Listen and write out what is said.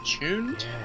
tuned